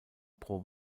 pro